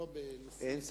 אין ספק,